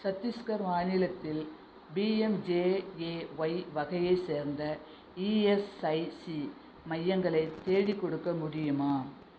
சட்டீஸ்க்கர் மாநிலத்தில் பிஎம்ஜேஏஒய் வகையைச் சேர்ந்த இஎஸ்ஐசி மையங்களை தேடிக்கொடுக்க முடியுமா